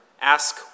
ask